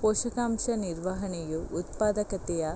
ಪೋಷಕಾಂಶ ನಿರ್ವಹಣೆಯು ಉತ್ಪಾದಕತೆಯ